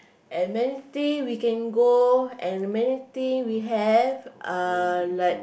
and many thing we can go and many thing we have uh like